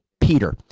Peter